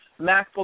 MacBook